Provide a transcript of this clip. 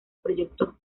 proyecto